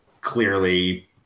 clearly